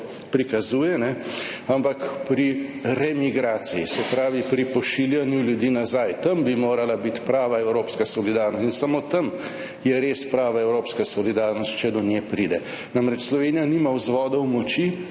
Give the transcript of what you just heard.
prikazuje, ampak pri remigraciji, se pravi pri pošiljanju ljudi nazaj. Tam bi morala biti prava evropska solidarnost in samo tam je res prava evropska solidarnost, če do nje pride. Namreč, Slovenija nima vzvodov moči,